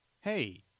Hey